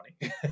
money